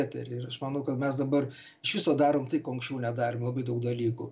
eterį ir aš manau kad mes dabar iš viso darom tai ko anksčiau nedarėm labai daug dalykų